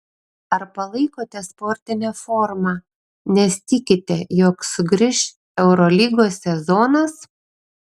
ar palaikote sportinę formą nes tikite jog sugrįš eurolygos sezonas